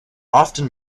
often